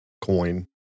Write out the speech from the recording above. coin